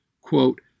Quote